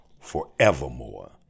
forevermore